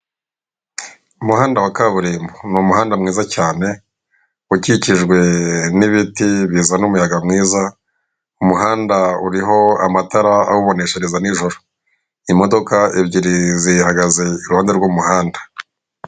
Umuhanda wa kaburimbo, ni umuhanda mwiza cyane, ukikijwe n'ibiti bizana umuyaga mwiza, umuhanda uriho amatara awuboneshereza nijoro. Imodoka ebyiri zihagaze iruhande rw'umuhanda.